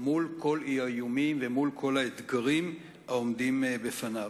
מול כל האיומים ומול כל האתגרים העומדים בפניו.